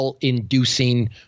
inducing